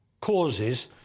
causes